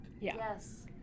Yes